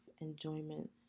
enjoyment